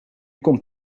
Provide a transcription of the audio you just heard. komt